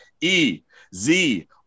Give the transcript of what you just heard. E-Z